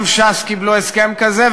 גם ש"ס קיבלו הסכם כזה,